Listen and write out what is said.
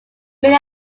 many